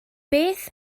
beth